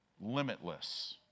limitless